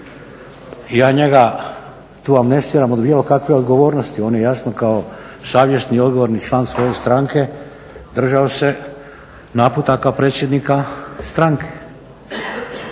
ja njega tu amnestiram od bilo kakve odgovornosti. On je jasno kao savjesni i odgovorni član svoje stranke držao se naputaka predsjednika stranke.